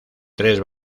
tres